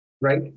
right